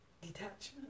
detachment